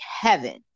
heaven